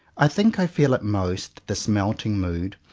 i think i feel it most, this melting mood,